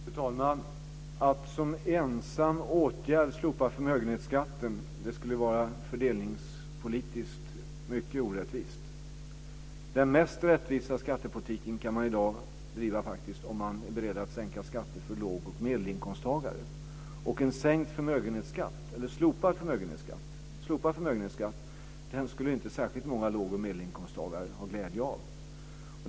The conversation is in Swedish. Fru talman! Att som ensam åtgärd slopa förmögenhetsskatten skulle vara fördelningspolitiskt mycket orättvist. Den mest rättvisa skattepolitiken kan man i dag driva om man är beredd att sänka skatten för låg och medelinkomsttagare. En slopad förmögenhetsskatt skulle inte särskilt många låg och medelinkomsttagare ha glädje av.